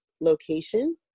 location